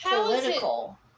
political